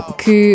que